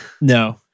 No